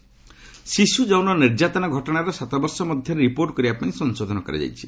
WCD ଶିଶୁ ଯୌନ ନିର୍ଯାତନା ଘଟଣାର ସାତ ବର୍ଷ ମଧ୍ୟରେ ରିପୋର୍ଟ କରିବା ପାଇଁ ସଂଶୋଧନ କରାଯାଇଛି